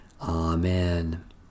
Amen